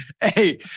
Hey